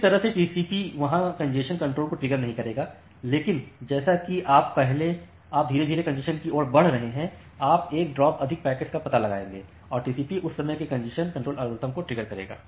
उस तरह से टीसीपीवहाँ कॅन्जेशन कंट्रोल को ट्रिगर नहीं करेगा लेकिन जैसा कि आप धीरे धीरे कॅन्जेशन की ओर बढ़ रहे हैं आप एक ड्रॉप अधिक पैकेट्स का पता लगाएंगे और टीसीपीउस समय के कॅन्जेशन कंट्रोल एल्गोरिदम को ट्रिगर करेगा